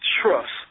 trust